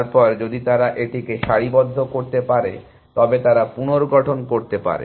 তারপর যদি তারা এটিকে সারিবদ্ধ করতে পারে তবে তারা পুনর্গঠন করতে পারে